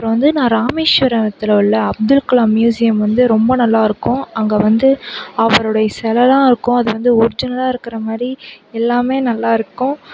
அப்புறம் வந்து ராமேஸ்வரத்தில் உள்ள அப்துல் கலாம் மியூசியம் வந்து ரொம்ப நல்லாயிருக்கும் அங்கே வந்து அவருடைய சிலைலலாம் இருக்கும் அது வந்து ஒர்ஜினலாக இருக்கிற மாதிரி எல்லாமே நல்லாயிருக்கும்